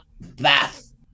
bath